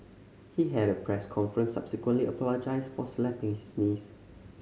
he had at a press conference subsequently apologised for slapping his niece